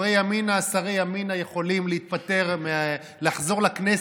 זאת סכנת נפשות מבחינתם.